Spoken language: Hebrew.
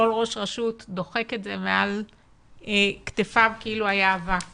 כל ראש רשות דוחק את זה מעל כתפיו כאילו היה אבק